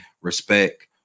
respect